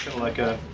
like a.